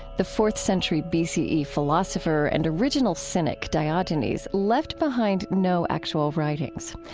the fourth century b c e. philosopher and original cynic diogenes left behind no actual writings.